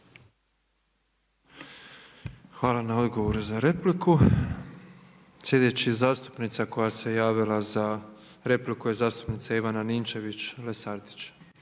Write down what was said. Hvala na odgovoru na repliku. Slijedeća zastupnica koja se javila za repliku je zastupnica Ivana Ninčević-Lesandrić.